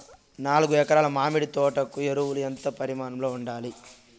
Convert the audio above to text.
నాలుగు ఎకరా ల మామిడి తోట కు ఎరువులు ఎంత పరిమాణం లో ఉండాలి?